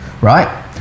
right